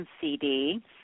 CD